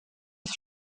des